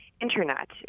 Internet